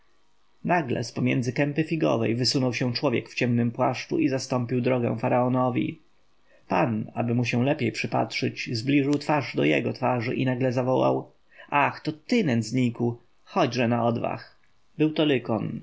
nagle z pomiędzy kępy figowej wysunął się człowiek w ciemnym płaszczu i zastąpił drogę faraonowi pan aby mu się lepiej przypatrzyć zbliżył twarz do jego twarzy i nagle zawołał ach to ty nędzniku chodźże na odwach był to